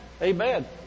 Amen